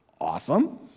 Awesome